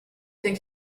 think